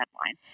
headline